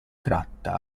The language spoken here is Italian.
tratta